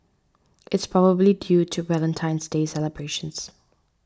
it's probably due to Valentine's Day celebrations